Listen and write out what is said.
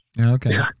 Okay